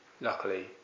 luckily